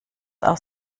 aus